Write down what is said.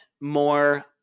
more